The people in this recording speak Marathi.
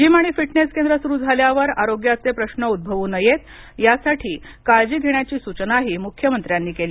जिम आणि फिटनेस केंद्र सुरू झाल्यावर आरोग्याचे प्रश्न उद्भवू नयेत यासाठी काळजी घेण्याची सूचनाही मुख्यमंत्र्यांनी केली